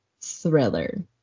thriller